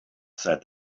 said